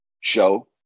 show